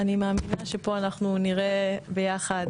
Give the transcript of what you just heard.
אני מאמינה שפה אנחנו נראה ביחד,